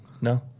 no